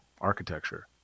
architecture